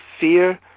fear